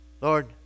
Lord